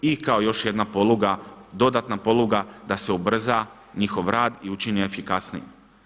I kao još jedna poluga, dodatna poluga da se ubrza njihov rad i učini efikasnijim.